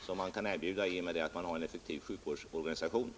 som utgörs av en effektiv sjukvårdsorganisation.